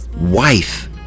wife